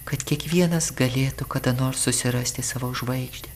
kad kiekvienas galėtų kada nors susirasti savo žvaigždę